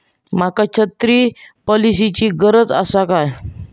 माका छत्री पॉलिसिची गरज आसा काय?